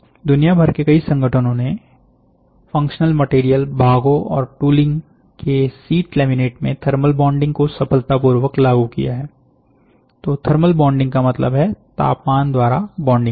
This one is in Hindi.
दुनिया भर के कई संगठनों ने फंक्शनल मटेरियल भागों और टूलिंग के शीट लैमिनेट में थर्मल बॉन्डिंग को सफलतापूर्वक लागू किया है तो थर्मल बॉन्डिंग का मतलब है तापमान द्वारा बॉन्डिंग होना